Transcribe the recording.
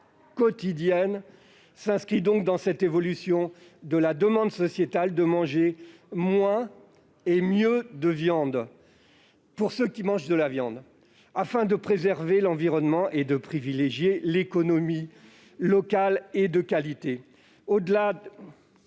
quotidienne s'inscrit donc dans cette évolution de la demande sociétale du « manger moins et mieux » de viande, pour ceux qui mangent de la viande, afin de préserver l'environnement et de privilégier l'économie locale et de qualité. La mesure